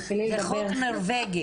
זה חוק נורבגי.